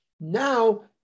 Now